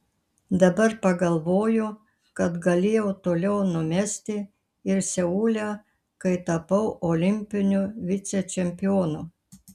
dabar pagalvoju kad galėjau toliau numesti ir seule kai tapau olimpiniu vicečempionu